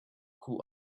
who